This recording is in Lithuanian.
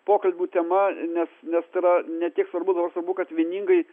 pokalbių tema nes nes tai yra ne tiek svarbu dabar svarbu kad vieningai